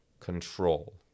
control